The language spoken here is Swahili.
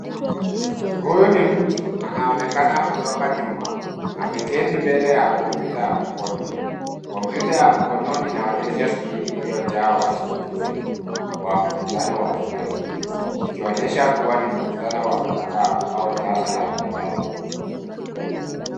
Huyu ni mtu anaonekana kutoka nyuma. Ameketi mbele ya kompyuta ya mkono. Kompyuta ya mkononi inaonyesha skrini iliyojaa washiriki wengi wa mkutano wa video. Ikionyesha kuwa ni mkutano wa mtandao au darasa la mtandaoni.